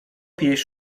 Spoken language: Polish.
pieśń